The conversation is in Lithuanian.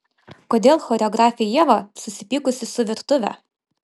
kodėl choreografė ieva susipykusi su virtuve